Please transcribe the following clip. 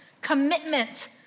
commitment